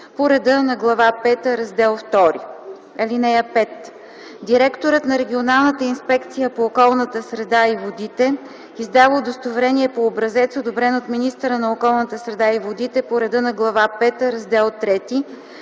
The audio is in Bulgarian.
по реда на Глава пета, Раздел ІІ. (5) Директорът на регионалната инспекция по околната среда и водите издава удостоверение по образец, одобрен от министъра на околната среда и водите по реда на Глава пета, Раздел